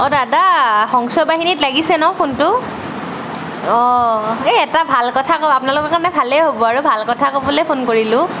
অঁ দাদা হংসবাহিনীত লাগিছে ন ফোনটো অঁ এটা ভাল কথা কওঁ আপোনালোকৰ কাৰণে ভালেই হ'ব আৰু ভাল কথা ক'বলে ফোন কৰিলোঁ